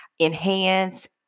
enhance